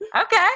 okay